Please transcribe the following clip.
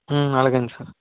అలాగే అండి సర్